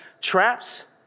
traps